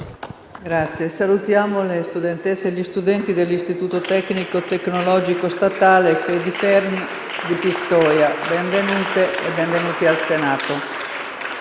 Salutiamo studentesse e studenti dell'Istituto tecnico e tecnologico statale «Fedi-Fermi» di Pistoia. Benvenute e benvenuti al Senato.